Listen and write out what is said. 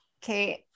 Kate